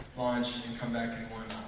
launch and come back and